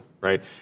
right